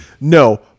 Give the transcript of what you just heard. No